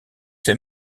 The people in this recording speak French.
ses